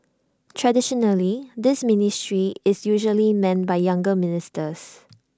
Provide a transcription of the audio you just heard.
traditionally this ministry is usually manned by younger ministers